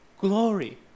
glory